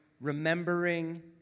remembering